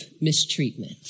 mistreatment